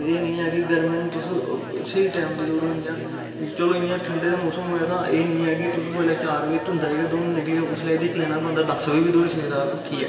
एह् निं ऐ कि गर्म हून तुस स्हेई टाइम दे दौड़ो इ'यां चलो इ'यां ठंडे दा मौसम होऐ तां एह् निं ऐ कि तुस बडलै चार बजे धुंदै च गै दौड़न निकली जाओ उसलै एह् दिक्खी लैना बंदा दस बजे बी दौड़ी सकदा उट्ठियै